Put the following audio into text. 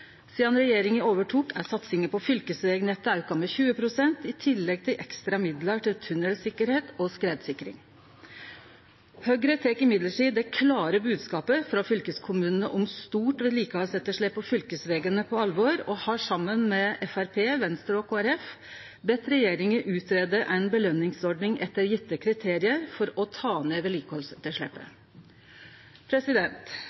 Sidan regjeringa tok over er satsinga på fylkesvegnettet auka med 20 pst., i tillegg til ekstra midlar til tunnelsikkerheit og skredsikring. Høgre tek like fullt det klare bodskapet frå fylkeskommunane om stort vedlikehaldsetterslep på fylkesvegane på alvor og har saman med Framstegspartiet, Venstre og Kristeleg Folkeparti bedt regjeringa greie ut ei påskjønningsordning etter gjevne kriterium for å ta ned vedlikehaldsetterslepet.